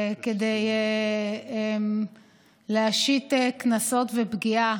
כדי להשית קנסות ופגיעה